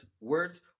Words